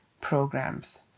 programs